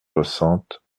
soixante